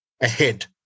ahead